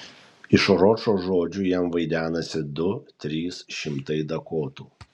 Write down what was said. iš ročo žodžių jam vaidenasi du trys šimtai dakotų